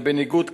זה בניגוד,